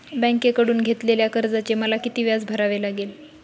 बँकेकडून घेतलेल्या कर्जाचे मला किती व्याज भरावे लागेल?